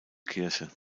kirche